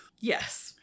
Yes